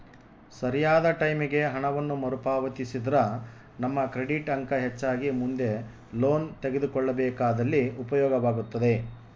ಸರಿಯಾದ ಟೈಮಿಗೆ ಹಣವನ್ನು ಮರುಪಾವತಿಸಿದ್ರ ನಮ್ಮ ಕ್ರೆಡಿಟ್ ಅಂಕ ಹೆಚ್ಚಾಗಿ ಮುಂದೆ ಲೋನ್ ತೆಗೆದುಕೊಳ್ಳಬೇಕಾದಲ್ಲಿ ಉಪಯೋಗವಾಗುತ್ತದೆ